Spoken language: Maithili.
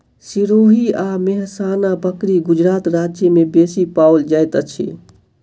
सिरोही आ मेहसाना बकरी गुजरात राज्य में बेसी पाओल जाइत अछि